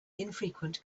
infrequent